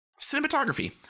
cinematography